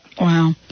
Wow